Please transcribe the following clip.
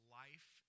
life